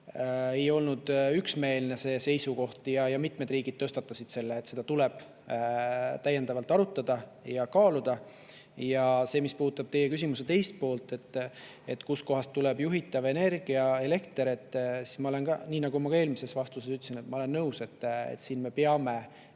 ei oldud üksmeelsel seisukohal ja mitmed riigid tõstatasid selle, et seda tuleb täiendavalt arutada ja kaaluda. Mis puudutab teie küsimuse teist poolt, et kust kohast tuleb juhitav energia, elekter, siis nii nagu ma ka eelmises vastuses ütlesin, ma olen nõus, et me peame